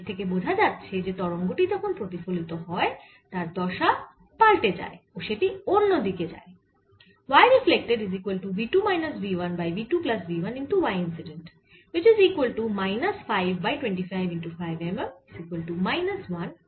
এর থেকে বোঝা যাচ্ছে যে তরঙ্গ টি যখন প্রতিফলিত হয় তার দশা পাল্টে যায় ও সেটি অন্য দিকে যায়